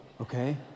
okay